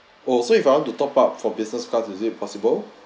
oh so if I want to top up for business class is it possible